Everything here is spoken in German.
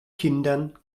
kindern